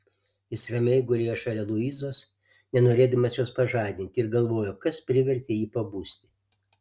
jis ramiai gulėjo šalia luizos nenorėdamas jos pažadinti ir galvojo kas privertė jį pabusti